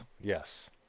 Yes